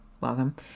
welcome